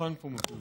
הדוכן פה מקולקל,